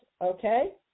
okay